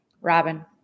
Robin